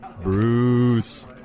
Bruce